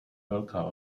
velká